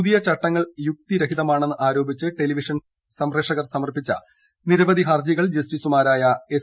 പുതിയ ചട്ടങ്ങൾ യുക്തി രഹിതമാണെന്ന് ആരോപിച്ച് ടെലിവിഷൻ സംപ്രേഷകർ സമർപ്പിച്ച നിരവധി ഹർജികൾ ജസ്റ്റിസുമാരായ എസ്